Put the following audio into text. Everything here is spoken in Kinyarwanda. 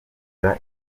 imana